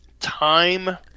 Time